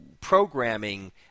programming